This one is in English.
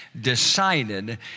decided